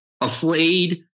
afraid